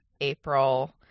April